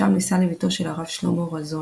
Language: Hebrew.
שם נישא לבתו של הרב שלמה ראזון.